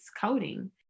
coding